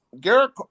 Garrett